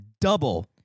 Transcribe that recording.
double